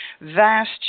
vast